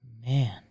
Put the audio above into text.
Man